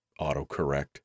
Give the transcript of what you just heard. autocorrect